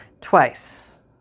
twice